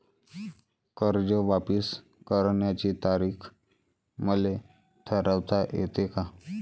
कर्ज वापिस करण्याची तारीख मले ठरवता येते का?